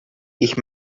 ich